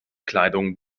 kleidung